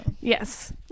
Yes